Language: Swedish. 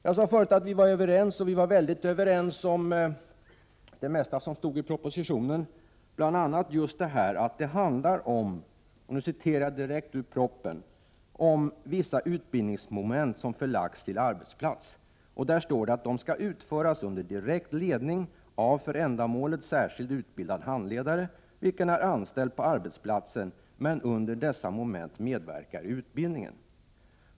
Jag sade tidigare att vi var mycket överens om det mesta som stod i propositionen, bl.a. att det handlar om vissa utbildningsmoment som har förlagts till en arbetsplats. Dessa moment skall ”utföras under direkt ledning av för ändamålet särskilt utbildad handledare, vilken är anställd på arbetsplatsen men under dessa moment medverkar i utbildningen.